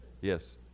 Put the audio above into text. yes